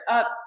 up